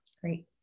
Great